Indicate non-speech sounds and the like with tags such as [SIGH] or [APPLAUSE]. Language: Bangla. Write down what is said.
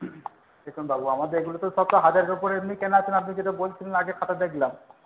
দেখুন বাবু আমাদের এগুলো তো সব তো হাজারের ওপরে এমনিই কেনা আছে [UNINTELLIGIBLE] আপনি যেটা বলছিলেন আগের খাতা দেখলাম